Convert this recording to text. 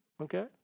Okay